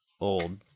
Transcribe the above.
old